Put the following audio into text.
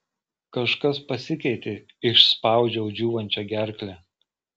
kažkas pasikeitė išspaudžiau džiūvančia gerkle